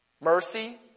mercy